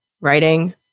writing